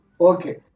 okay